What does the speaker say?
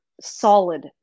solid